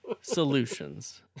solutions